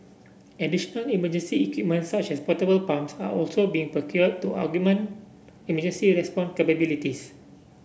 additional emergency equipment such as portable pumps are also being procured to augment emergency response capabilities